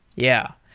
yeah.